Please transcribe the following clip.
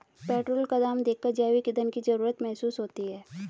petrol का दाम देखकर जैविक ईंधन की जरूरत महसूस होती है